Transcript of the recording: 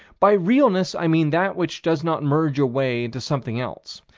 by realness, i mean that which does not merge away into something else,